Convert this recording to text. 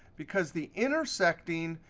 because the intersecting,